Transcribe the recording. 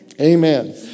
Amen